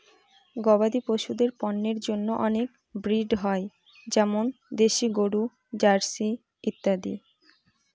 গবাদি পশুদের পন্যের জন্য অনেক ব্রিড হয় যেমন দেশি গরু, জার্সি ইত্যাদি